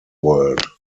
world